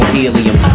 helium